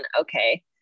okay